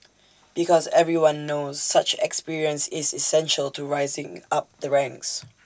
because everyone knows such experience is essential to rising up the ranks